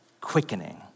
quickening